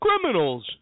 criminals